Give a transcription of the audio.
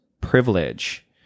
privilege